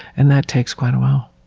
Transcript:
and that takes quite a while.